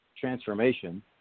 transformation